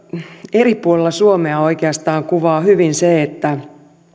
eri puolilla suomea oikeastaan kuvaa hyvin se että